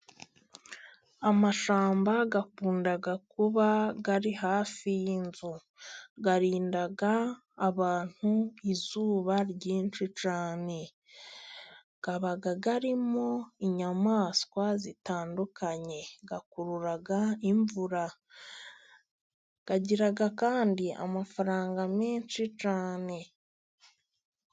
Amashyamba akunda kuba ari hafi y'inzu. Arinda abantu izuba ryinshi cyane. Abaga arimo inyamaswa zitandukanye. Akurura imvura. Agira kandi amafaranga menshi cyane.